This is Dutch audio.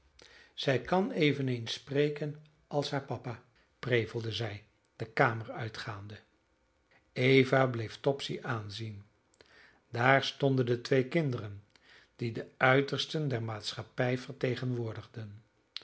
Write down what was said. zij kan eveneens spreken als haar papa prevelde zij de kamer uitgaande eva bleef topsy aanzien daar stonden de twee kinderen die de uitersten der maatschappij vertegenwoordigden